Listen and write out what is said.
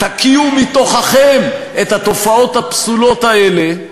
תקיאו מתוככם את התופעות הפסולות האלה,